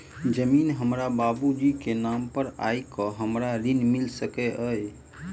जमीन हमरा बाबूजी केँ नाम पर अई की हमरा ऋण मिल सकैत अई?